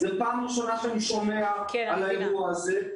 זאת הפעם הראשונה שאני שומע על האירוע הזה.